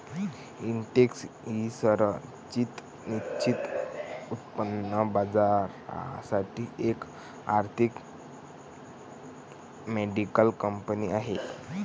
Intex ही संरचित निश्चित उत्पन्न बाजारासाठी एक आर्थिक मॉडेलिंग कंपनी आहे